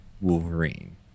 Wolverine